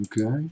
okay